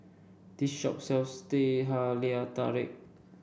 this shop sells Teh Halia Tarik